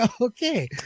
Okay